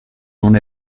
non